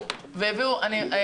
זה נושא מאוד מאוד